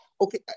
okay